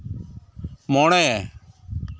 ᱢᱚᱬᱮ